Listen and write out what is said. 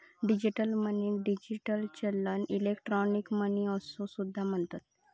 digital मनीक digital चलन, electronic money असो सुद्धा म्हणतत